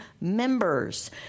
members